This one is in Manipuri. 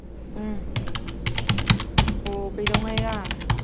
ꯎꯝ ꯑꯣ ꯀꯩꯗꯧꯉꯩꯔꯥ